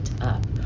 up